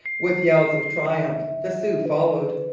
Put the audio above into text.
with yells of triumph the sioux followed,